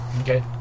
Okay